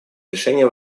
решение